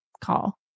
call